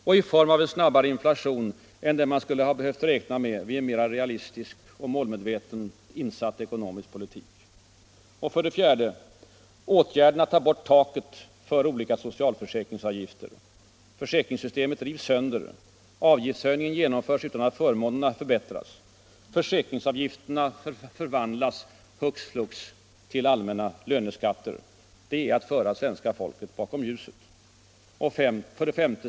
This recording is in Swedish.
Och i form av en snabbare inflation än den man skulle ha behövt räkna med vid en mera realistisk och målmedvetet insatt ekonomisk politik. 4. Och åtgärden att ta bort ”taket” för olika socialförsäkringsavgifter. Försäkringssystemen rivs sönder. Avgiftshöjningar genomförs utan att förmånerna förbättras. Försäkringsavgifterna förvandlas hux flux till allmänna löneskatter. Det är att föra svenska folket bakom ljuset. 5.